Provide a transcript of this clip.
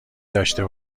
داشته